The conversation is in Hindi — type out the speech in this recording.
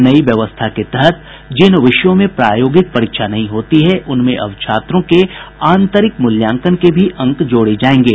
नई व्यवस्था के तहत जिन विषयों में प्रयोगिक परीक्षा नहीं होती है उनमें अब छात्रों के आंतरिक मूल्यांकन के भी अंक जोड़े जायेंगे